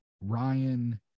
Ryan –